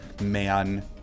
man